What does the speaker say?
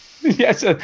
Yes